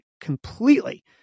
completely